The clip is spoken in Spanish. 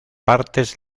partes